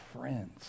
friends